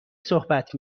صحبت